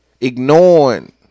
ignoring